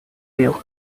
you